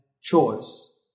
choice